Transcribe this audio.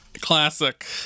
classic